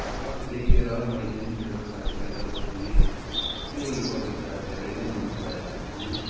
र लेखेर मैले मेरो साथीलाई जब दिएँ उसले यो कविता धेरै नै मनपराएकी थिई